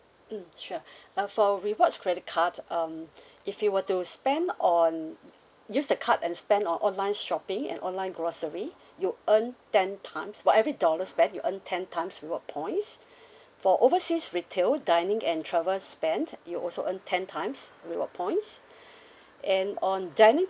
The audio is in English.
mm sure uh for rewards credit cards um if you were to spend on use the card and spend on online shopping and online grocery you earn ten times for every dollar spent you earn ten times reward points for overseas retail dining and travel spent you also earn ten times reward points and on dining